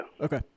Okay